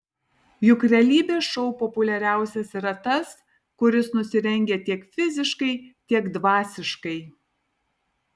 juk realybės šou populiariausias yra tas kuris nusirengia tiek fiziškai tiek dvasiškai